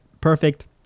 perfect